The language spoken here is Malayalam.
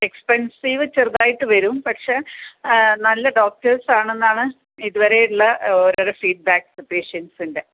എക്സ്പെൻസീവ് ചെറുതായിട്ട് വരും പക്ഷേ നല്ല ഡോക്ടേഴ്സ് ആണെന്നാണ് ഇതുവരെ ഉള്ള ഓരോരോ ഫീഡ്ബാക്ക്സ് പേഷ്യൻസിൻ്റ